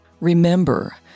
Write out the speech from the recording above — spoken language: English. Remember